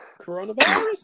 Coronavirus